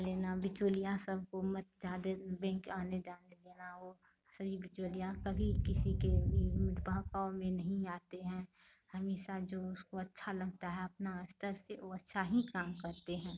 लेना बिचौलिया सबको मत ज़्यादे बैंक आने जाने देना वह असली बिचौलिया कभी किसी के भी बहकावे में नहीं आते हैं हमेशा जो उसको अच्छा लगता है अपना स्तर से वह अच्छा ही काम करते हैं